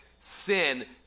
sin